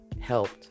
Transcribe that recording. helped